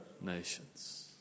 nations